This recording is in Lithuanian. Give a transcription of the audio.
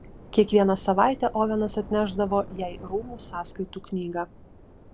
kiekvieną savaitę ovenas atnešdavo jai rūmų sąskaitų knygą